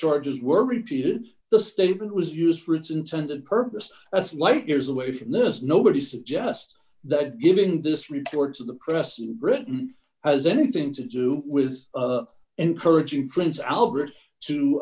charges were repeated the statement was used for its intended purpose as light years away from this nobody suggests that giving this report to the press in britain has anything to do with encouraging prince albert to